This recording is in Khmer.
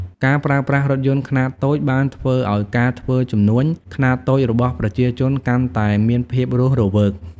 ការប្រើប្រាស់រថយន្តខ្នាតតូចបានធ្វើឱ្យការធ្វើជំនួញខ្នាតតូចរបស់ប្រជាជនកាន់តែមានភាពរស់រវើក។